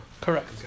Correct